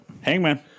Hangman